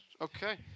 okay